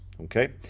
Okay